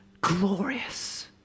glorious